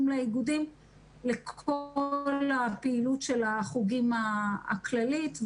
לאיגודים לכל הפעילות של החוגים הכללית.